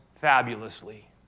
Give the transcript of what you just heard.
fabulously